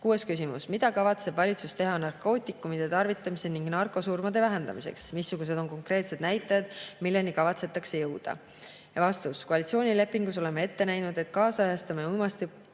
Kuues küsimus: "Mida kavatseb valitsus teha narkootikumide tarvitamise ning narkosurmade vähendamiseks? Missugused on konkreetsed näitajad, milleni kavatsetakse jõuda?" Ja vastus. Koalitsioonilepingus oleme ette näinud, et kaasajastame